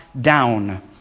down